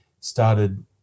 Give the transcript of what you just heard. started